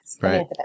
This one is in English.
right